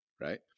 right